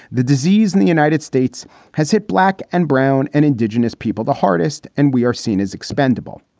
the disease in the united states has hit black and brown and indigenous people the hardest. and we are seen as expendable.